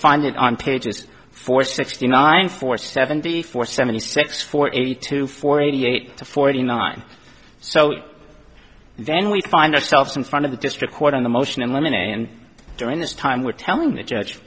find it on pages four sixty nine four seventy four seventy six forty two forty eight to forty nine so then we find ourselves in front of the district court on the motion and women and during this time we're telling the judge